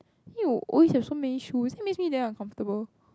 you always have so many shoes it makes me damn uncomfortable